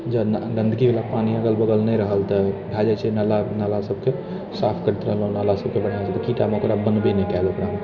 जँ गन्दगीबाला पानि अगल बगल नहि रहल तऽ भए जाइत छै नाला नाला सभके साफ करैत रहलहुँ नाला सभके कीटाणु ओकरा बनबे नहि कयल ओकरामे